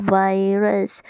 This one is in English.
virus